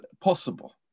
possible